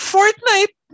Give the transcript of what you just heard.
Fortnite